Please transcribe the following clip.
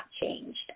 changed